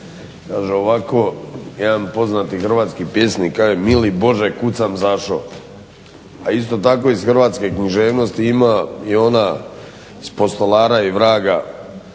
kaže ovako jedan poznati hrvatski pjesnik, kaže: "mili Bože kud sam zašo", a isto tako iz hrvatske književnosti ima i ona iz postolara i vraga,